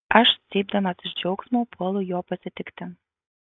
aš cypdamas iš džiaugsmo puolu jo pasitikti